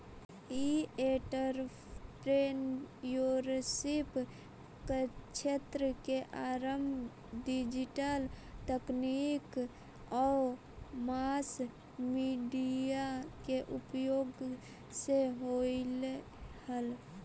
ई entrepreneurship क्क्षेत्र के आरंभ डिजिटल तकनीक आउ मास मीडिया के उपयोग से होलइ हल